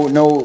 no